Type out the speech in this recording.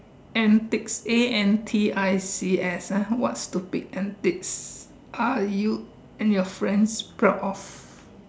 antics A N T I C S what stupid antics are you and your friends most proud of